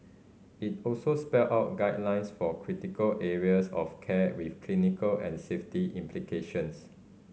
it also spelled out guidelines for critical areas of care with clinical and safety implications